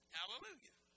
Hallelujah